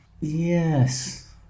Yes